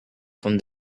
from